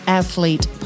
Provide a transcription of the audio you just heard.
athlete